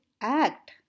act